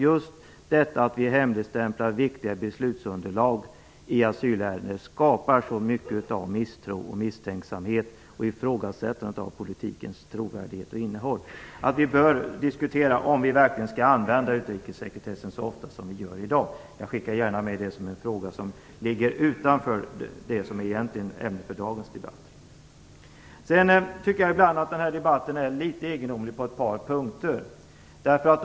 Just detta att vi hemligstämplar viktiga beslutsunderlag i asylärenden skapar så mycket av misstro och misstänksamhet och ifrågasättande av politikens trovärdighet och innehåll. Vi bör diskutera om vi verkligen skall använda utrikessekretessen så ofta som vi gör i dag. Jag skickar gärna med det som en fråga som ligger utanför det som egentligen är ämnet för dagens debatt. Sedan tycker jag ibland att den här debatten är litet egendomlig på ett par punkter.